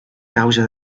causa